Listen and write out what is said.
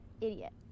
idiot